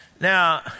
Now